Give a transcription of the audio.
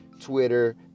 Twitter